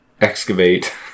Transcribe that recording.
excavate